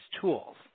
tools